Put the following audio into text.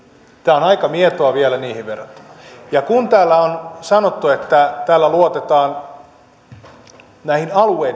aika mietoa niihin verrattuna täällä on sanottu että täällä luotetaan näihin alueiden päättäjiin esimerkiksi